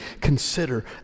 consider